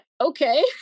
okay